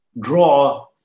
draw